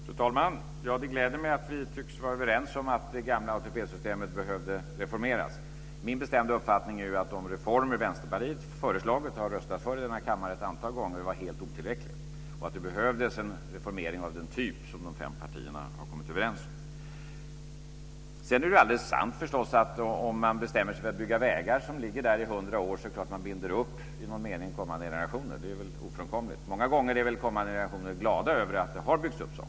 Fru talman! Det gläder mig att vi tycks vara överens om att det gamla ATP-systemet behövde reformeras. Min bestämda uppfattning är ju att de reformer som Vänsterpartiet har föreslagit och har röstat för ett antal gånger i denna kammare har varit helt otillräckliga och att det behövdes en reformering av den typ som de fem partierna har kommit överens om. Sedan är det förstås alldeles sant att man, om man bestämmer sig för att bygga vägar som ligger där i hundra år, i någon mening binder upp kommande generationer. Det är väl ofrånkomligt. Många gånger är väl kommande generationer glada över att det har byggts upp saker.